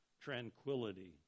tranquility